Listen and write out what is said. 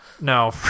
No